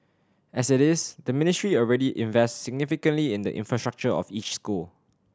as it is the Ministry already invests significantly in the infrastructure of each school